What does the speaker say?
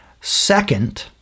Second